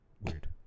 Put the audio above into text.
Weird